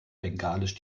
bengalisch